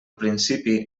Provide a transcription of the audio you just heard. principi